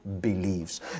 believes